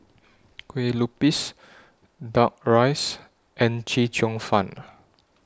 Kue Lupis Duck Rice and Chee Cheong Fun